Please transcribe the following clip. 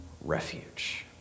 refuge